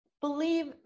believe